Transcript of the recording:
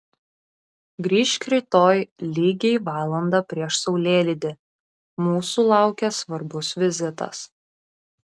grįžk rytoj lygiai valandą prieš saulėlydį mūsų laukia svarbus vizitas